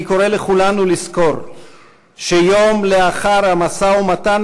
אני קורא לכולנו לזכור שיום לאחר המשא-ומתן